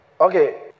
Okay